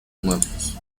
muertos